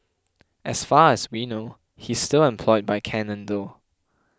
as far as we know he's still employed by Canon though